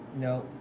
No